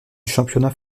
championnat